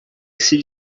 esse